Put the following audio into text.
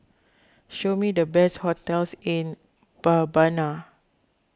show me the best hotels in Bahebana